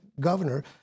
governor